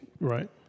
Right